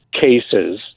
cases